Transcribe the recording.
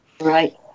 right